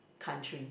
country